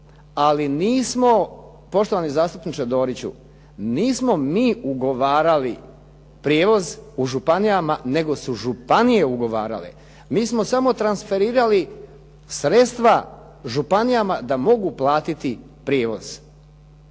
ali nismo, poštovani zastupniče Doriću nismo mi ugovarali prijevoz u županijama nego su županije ugovarale. Mi smo samo transferirali sredstva županijama da mogu platiti prijevoz.